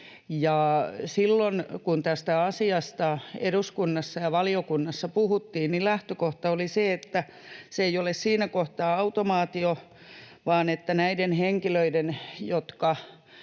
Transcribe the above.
Silloin, kun tästä asiasta eduskunnassa ja valiokunnassa puhuttiin, lähtökohta oli se, että se ei ole siinä kohtaa automaatio vaan että näiden henkilöiden,